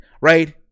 right